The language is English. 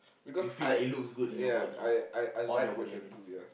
you feel like it looks good in your body on your body I mean